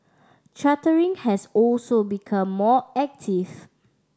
chartering has also become more active